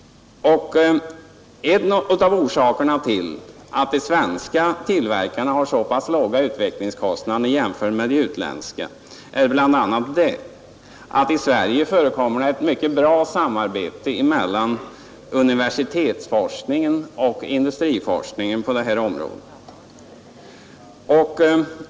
En av orsakerna till att de svenska tillverkarna har så pass låga utvecklingskostnader jämfört med de utländska tillverkarna är att det i Sverige förekommer ett mycket bra samarbete mellan universitetsforskningen och industriforskningen på detta område.